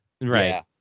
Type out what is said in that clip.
Right